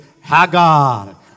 Hagar